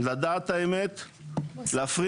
לדעת את האמת ולהפריד,